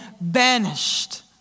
banished